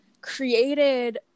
created